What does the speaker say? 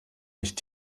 nicht